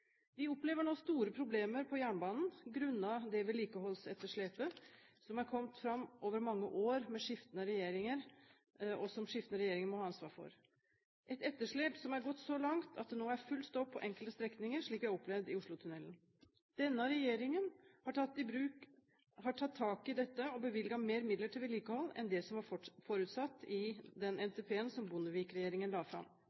Vi opplever nå store problemer på jernbanen grunnet det vedlikeholdsetterslepet som er kommet fram etter mange år med skiftende regjeringer, og som skiftende regjeringer må ha ansvar for. Det er et etterslep som har gått så langt at det nå er full stopp på enkelte strekninger, slik jeg har opplevd det i Oslotunnelen. Denne regjeringen har tatt tak i dette og bevilget mer midler til vedlikehold enn det som var forutsatt i den NTP-en som Bondevik-regjeringen la fram.